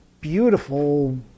beautiful